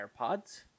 AirPods